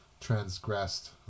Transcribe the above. transgressed